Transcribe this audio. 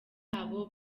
abo